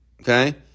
okay